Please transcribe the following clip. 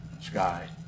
sky